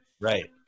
Right